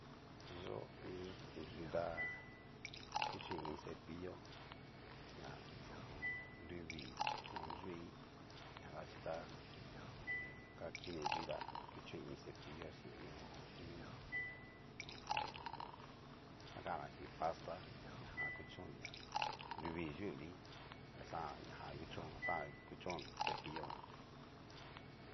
Ña yó yu ta kuchoin iin cepillo, ho o on. nruvi ho o n. yu'i ñadabaxichi tá, kakini yu'i ta kuchoin iin cepillo chin iin ho o on, iin ho o on. kanaxin pasta, ñajan kuchonria nruvii yunri tajan ña jan kuchón xajan kuchonri cepillo jan.